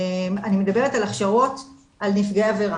אני מדבר ת על הכשרות על נפגעי עבירה,